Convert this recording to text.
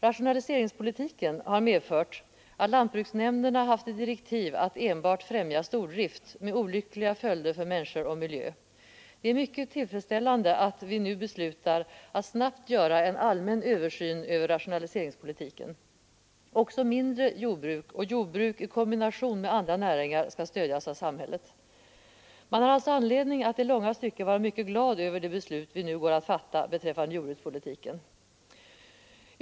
Rationaliseringspolitiken har medfört att lantbruksnämnderna haft i direktiv att enbart främja stordrift, med olyckliga följder för människor och miljö. Det är mycket tillfredsställande att vi nu beslutar att snabbt göra en allmän översyn över rationaliseringspolitiken. Också mindre jordbruk och jordbruk i kombination med andra näringar skall stödjas av samhället. Man har alltså anledning att i långa stycken vara mycket glad över det beslut vi nu går att fatta beträffande jordbrukspolitiken.